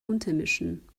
untermischen